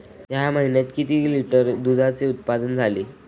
या महीन्यात किती लिटर दुधाचे उत्पादन झाले?